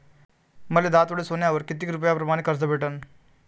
मले दहा तोळे सोन्यावर कितीक रुपया प्रमाण कर्ज भेटन?